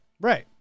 Right